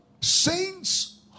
saints